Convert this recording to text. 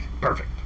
Perfect